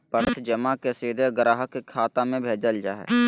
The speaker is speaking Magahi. प्रत्यक्ष जमा के सीधे ग्राहक के खाता में भेजल जा हइ